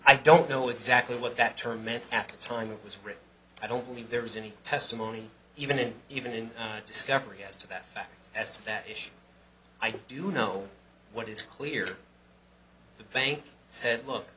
i don't know exactly what that term meant at the time it was written i don't believe there was any testimony even in even in discovery as to that as to that i do know what is clear the bank said look